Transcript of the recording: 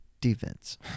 defense